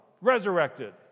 resurrected